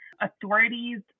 authorities